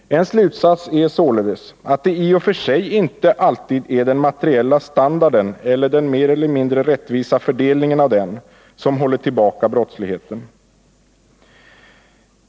En slutsats är således att det i och för sig inte alltid är den materiella standarden eller den mer eller mindre rättvisa fördelningen av denna som håller tillbaka brottsligheten.